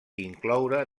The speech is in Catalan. incloure